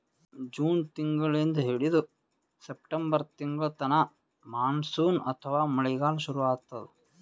June ತಿಂಗಳಿಂದ್ ಹಿಡದು September ತಿಂಗಳ್ತನಾ ಮಾನ್ಸೂನ್ ಅಥವಾ ಮಳಿಗಾಲ್ ಶುರು ಆತದ್